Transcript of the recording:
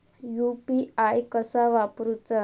UPI कसा वापरूचा?